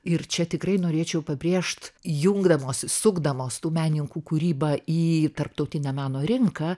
ir čia tikrai norėčiau pabrėžt jungdamos įsukdamos tų menininkų kūrybą į tarptautinę meno rinką